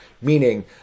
meaning